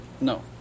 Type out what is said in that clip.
No